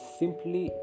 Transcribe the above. simply